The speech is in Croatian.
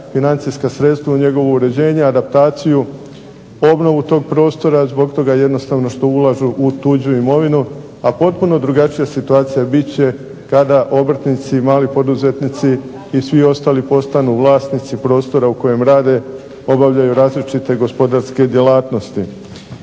financijska sredstva u njegovo uređenje, adaptaciju, obnovu tog prostora zbog toga jednostavno što ulažu u tuđu imovinu, a potpuno drugačija situacija bit će kada obrtnici, mali poduzetnici i svi ostali postanu vlasnici prostora u kojem rade, obavljaju različite gospodarske djelatnosti.